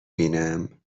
بینم